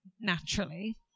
naturally